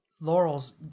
Laurel's